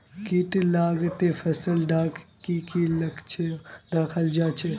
किट लगाले फसल डात की की लक्षण दखा जहा?